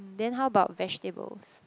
mm then how about vegetables